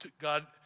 God